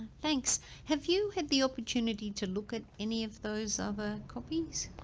thanks have you had the opportunity to look at any of those other copies?